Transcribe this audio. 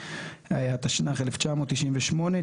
התשנ"ח-1998,